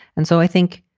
and so i think.